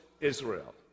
Israel